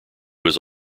was